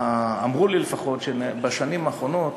אמרו לי לפחות שבשנים האחרונות,